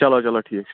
چلو چلو ٹھیٖک چھُ